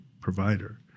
provider